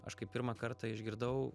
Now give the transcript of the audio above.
aš kai pirmą kartą išgirdau